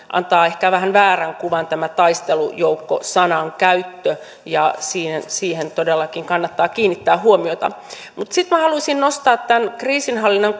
antaa ehkä väärän kuvan tämä taistelujoukko sanan käyttö ja siihen todellakin kannattaa kiinnittää huomiota sitten minä haluaisin nostaa tämän kriisinhallinnan